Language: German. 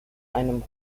einem